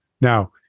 Now